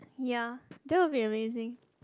ya that will be amazing